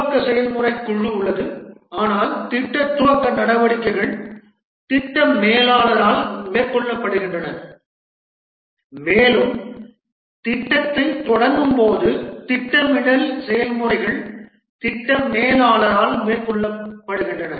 துவக்க செயல்முறைக் குழு உள்ளது ஆனால் திட்ட துவக்க நடவடிக்கைகள் திட்ட மேலாளரால் மேற்கொள்ளப்படுகின்றன மேலும் திட்டத்தைத் தொடங்கும்போது திட்டமிடல் செயல்முறைகள் திட்ட மேலாளரால் மேற்கொள்ளப்படுகின்றன